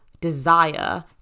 desire